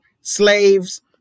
slaves